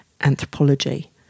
anthropology